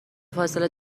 فاصله